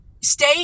stay